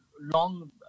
long